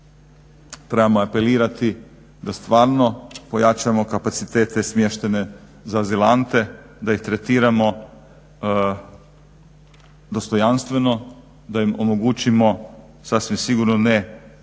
trebamo apelirati da stvarno pojačamo kapacitete smještene za azilante, da ih tretiramo dostojanstveno, da im omogućimo sasvim sigurno ne ugodan